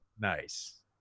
Nice